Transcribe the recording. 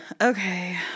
Okay